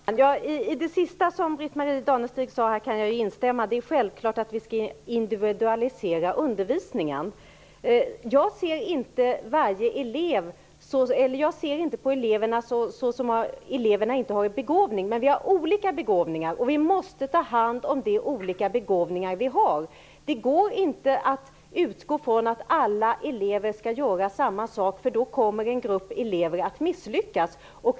Fru talman! Jag kan instämma i det sista som Britt-Marie Danestig-Olofsson sade. Självklart skall undervisningen individualiseras. Jag ser inte på eleverna som skulle de sakna begåvning. Däremot finns det olika begåvningar. Vi måste ta hand om de olika begåvningar som finns. Det går inte att utgå från att alla elever skall göra samma sak, för då kommer en grupp elever att misslyckas.